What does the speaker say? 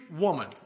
woman